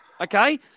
Okay